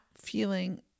feeling